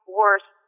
worse